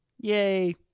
Yay